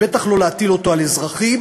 ובטח לא להטיל אותו על אזרחים,